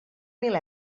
mil